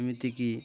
ଏମିତିକି